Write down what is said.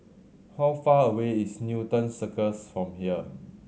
how far away is Newton Circus from here